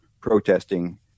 protesting